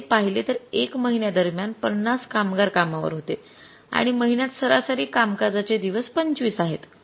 आपण येथे पहिले तर १ महिन्यादरम्यान ५० कामगार कामावर होते आणि महिन्यात सरासरी कामकाजाचे दिवस 25 आहेत